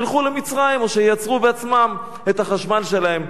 שילכו למצרים או שייצרו בעצמם את החשמל שלהם.